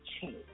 change